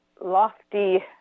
lofty